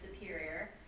superior